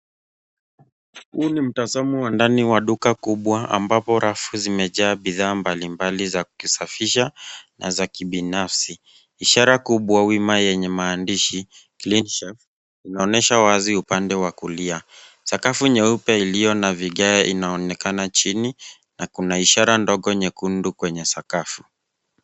Huu ni mtazamo wa ndani wa duka kubwa ambapo rafu zimejaa bidhaa mbalimbali za kusafisha na za kibinafsi. Ishara kubwa wima yenye maandishi Cleanshelf inaonyesha wazi upande wa kulia. Sakafu nyeupe iliyo na vigae inaonekana chini na kuna ishara kubwa nyekundu kwenye sakafu.